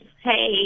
hey—